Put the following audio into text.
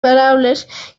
paraules